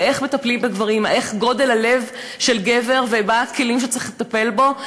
על איך מטפלים בגברים: מה גודל הלב של גבר ובאילו כלים צריך לטפל בו,